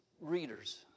readers